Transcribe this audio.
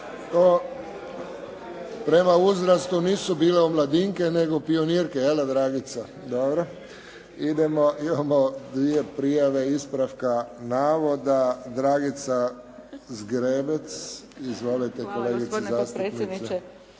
Prema uzrastu nisu bile omladinke, nego pionirke, jelda Dragica? Dobro. Imamo dvije prijave ispravka navoda, Dragica Zgrebec. Izvolite, kolegice zastupnice. **Zgrebec,